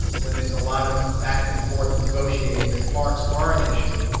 when there's a lot of back and forth negotiating, that parks are an issue.